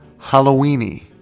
Halloweeny